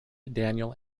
daniel